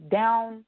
down